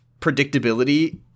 predictability